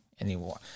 Anymore